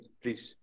please